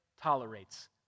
tolerates